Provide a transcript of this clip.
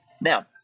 Now